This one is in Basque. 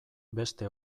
beste